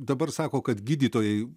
dabar sako kad gydytojai